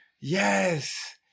Yes